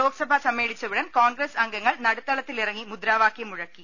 ലോക്സഭ സമ്മേളിച്ച ഉടൻ കോൺഗ്രസ് അംഗങ്ങൾ നടു ത്തളത്തിലിറങ്ങി മുദ്രാവാകൃം മുഴക്കി